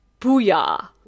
booyah